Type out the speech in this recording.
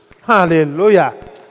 Hallelujah